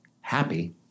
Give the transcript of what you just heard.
happy